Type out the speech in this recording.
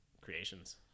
creations